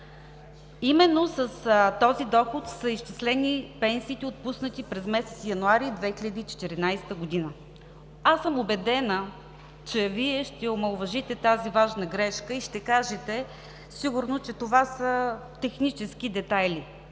Именно с този доход са изчислени пенсиите, отпуснати през месец януари 2014 г. Аз съм убедена, че Вие ще омаловажите тази важна грешка и сигурно ще кажете, че това са технически детайли.